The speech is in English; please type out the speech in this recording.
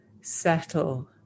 settle